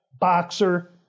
boxer